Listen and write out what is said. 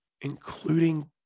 including